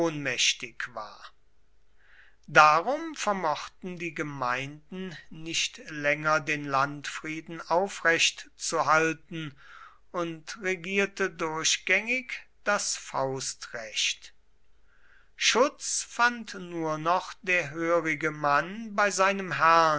ohnmächtig war darum vermochten die gemeinden nicht länger den landfrieden aufrecht zu halten und regierte durchgängig das faustrecht schutz fand nur noch der hörige mann bei seinem herrn